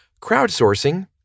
Crowdsourcing